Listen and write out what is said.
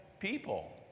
people